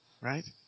right